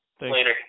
later